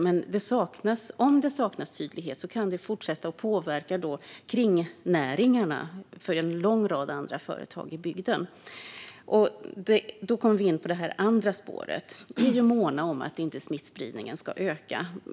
Men om det saknas tydlighet kan det fortsätta att påverka kringnäringarna för en lång rad andra företag i bygden. Då kommer jag in på det andra spåret. Vi är måna om att smittspridningen inte ska öka.